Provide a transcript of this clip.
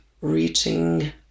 reaching